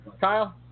Kyle